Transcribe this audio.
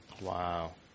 Wow